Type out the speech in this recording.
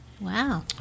Wow